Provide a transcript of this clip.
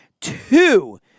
two